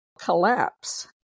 collapse